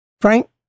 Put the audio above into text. Frank